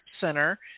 center